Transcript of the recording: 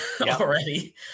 already